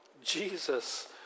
Jesus